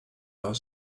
are